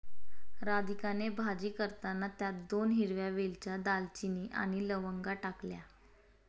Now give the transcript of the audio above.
राधिकाने भाजी करताना त्यात दोन हिरव्या वेलच्या, दालचिनी आणि लवंगा टाकल्या